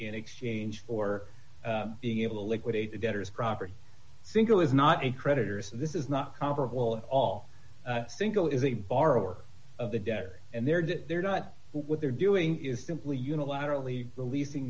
in exchange for being able to liquidate the debtors property single is not a creditors this is not comparable at all single is a borrower of the debt and they're they're not what they're doing is simply unilaterally releasing